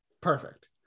Perfect